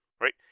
right